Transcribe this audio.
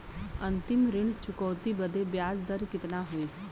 अंतिम ऋण चुकौती बदे ब्याज दर कितना होई?